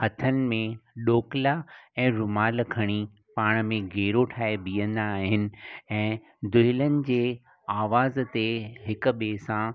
हथनि में ॾोकिला ऐं रुमाल खणी पाण में घेरो ठाहे बीहंदा आहिनि ऐं दुहिलनि जे आवाज़ ते हिक ॿिए सां